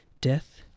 death